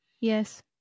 yes